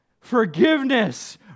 Forgiveness